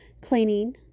cleaning